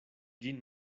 ĝin